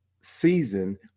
season